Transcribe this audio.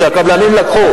שהקבלנים לקחו.